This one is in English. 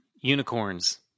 Unicorns